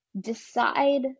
decide